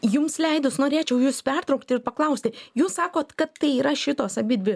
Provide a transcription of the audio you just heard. jums leidus norėčiau jus pertraukti ir paklausti jūs sakot kad tai yra šitos abidvi